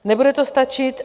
Nebude to stačit!